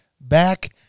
back